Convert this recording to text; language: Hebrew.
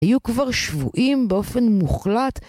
היו כבר שבויים באופן מוחלט